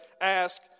ask